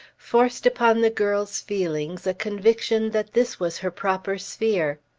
forced upon the girl's feelings a conviction that this was her proper sphere.